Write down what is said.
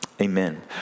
Amen